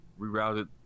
rerouted